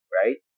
right